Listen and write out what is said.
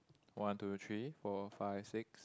one two three four five six